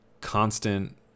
constant